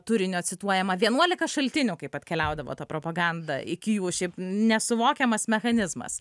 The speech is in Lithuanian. turinio cituojama vienuolika šaltinių kaip atkeliaudavo ta propaganda iki jų šiaip nesuvokiamas mechanizmas